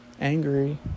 Angry